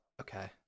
okay